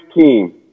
team